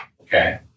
Okay